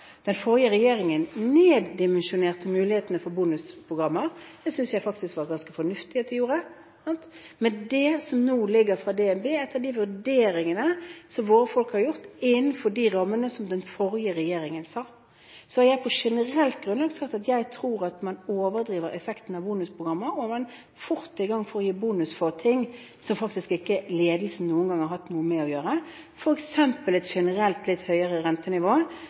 Den forrige regjeringen neddimensjonerte mulighetene for bonusprogrammer. Det synes jeg faktisk var ganske fornuftig at de gjorde. Men når det gjelder det som nå ligger fra DNB – etter de vurderingene som våre folk har gjort innenfor rammene fra den forrige regjeringen – har jeg på generelt grunnlag sagt at jeg tror man overdriver effekten av bonusprogrammer, og man kommer fort i gang med å gi bonus for ting som ledelsen ikke noen gang har hatt noe med å gjøre – f.eks. et generelt litt høyere rentenivå